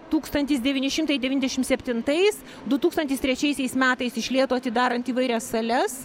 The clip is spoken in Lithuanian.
tūkstantis devyni šimtai devyndešim septintais du tūkstantis trečiaisiais metais iš lėto atidarant įvairias sales